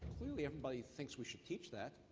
clearly everybody thinks we should teach that.